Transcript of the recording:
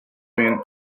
been